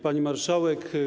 Pani Marszałek!